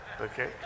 okay